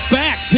back